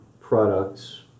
products